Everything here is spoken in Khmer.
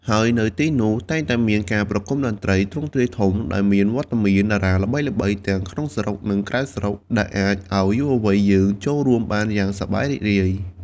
ហើយនៅទីនោះ តែងតែមានការប្រគំតន្ត្រីទ្រង់ទ្រាយធំ ដែលមានវត្តមានតារាល្បីៗទាំងក្នុងស្រុក និងក្រៅស្រុក ដែលអាចអោយយុវវ័យយើងចូលរួមបានយ៉ាងសប្បាយរីករាយ។